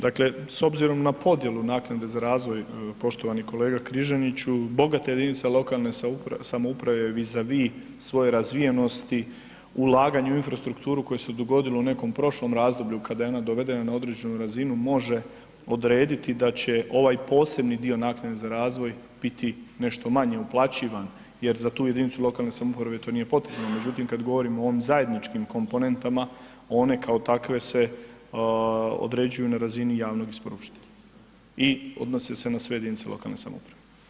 Dakle s obzirom na podjelu naknade za razvoj, poštovani kolega Križaniću, bogate jedinice lokalne samouprave vis a vis svoje razvijenosti ulaganja u infrastrukturu koja se dogodila u nekom prošlom razdoblju kada je ona dovedena na određenu razinu, može odrediti da će ovaj posebni dio naknade za razvoj biti nešto manji uplaćivan jer za tu jedinicu lokalne samouprave, to nije potrebno međutim kad govorimo o ovim zajedničkim komponentama, one kao takve se određuju na razini javnog isporučitelja i odnose na sve jedinice lokalne samouprave.